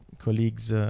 colleagues